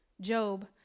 Job